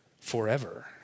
forever